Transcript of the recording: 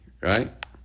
Right